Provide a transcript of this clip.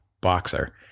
boxer